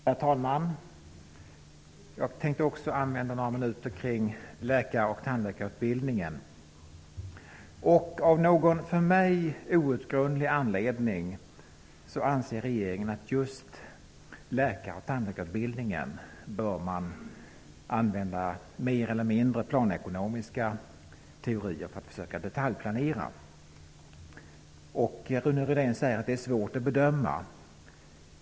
Herr talman! Också jag tänkte använda några minuter till att tala om läkar och tandläkarutbildningen. Av någon för mig outgrundlig anledning anser regeringen att för just läkar och tandläkarutbildningen bör man använda mer eller mindre planekonomiska teorier för att söka detaljplanera. Rune Rydén säger att det är svårt att bedöma.